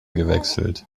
gewechselt